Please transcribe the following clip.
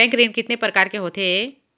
Bank ऋण कितने परकार के होथे ए?